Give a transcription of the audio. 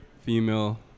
female